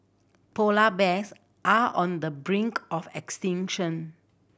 polar bears are on the brink of extinction